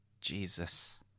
Jesus